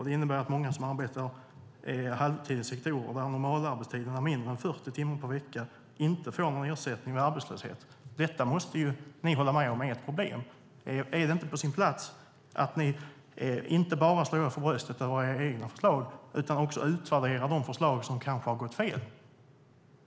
Det innebär att många som arbetar halvtid inom sektorer där normalarbetstiden är mindre än 40 timmar i veckan inte får någon ersättning vid arbetslöshet. Detta måste ni hålla med om är ett problem. Är det inte på sin plats att ni inte bara slår er för bröstet över era egna förslag utan också uttalar er om de förslag som kanske har gått fel?